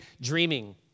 dreaming